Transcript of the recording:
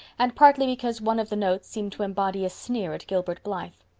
and partly because one of the notes seemed to embody a sneer at gilbert blythe.